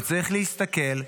וצריך להסתכל,